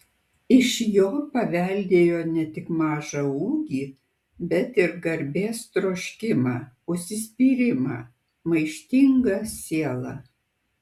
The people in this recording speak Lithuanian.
iš jo paveldėjo ne tik mažą ūgį bet ir garbės troškimą užsispyrimą maištingą sielą